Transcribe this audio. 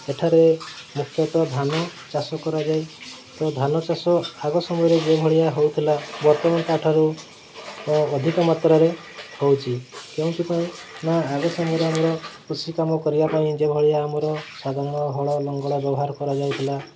ଏଠାରେ ମୁଖ୍ୟତଃ ଧାନ ଚାଷ କରାଯାଏ ତ ଧାନ ଚାଷ ଆଗ ସମୟରେ ଯେଉଁଭଳିଆ ହେଉଥିଲା ବର୍ତ୍ତମାନ ତାଠାରୁ ଅଧିକ ମାତ୍ରାରେ ହେଉଛି କେଉଁଥି ପାଇଁ ନା ଆଗ ସମୟରେ ଆମର କୃଷି କାମ କରିବା ପାଇଁ ଯେଉଁ ଭଳିଆ ଆମର ସାଧାରଣ ହଳ ଲଙ୍ଗଳ ବ୍ୟବହାର କରାଯାଉଥିଲା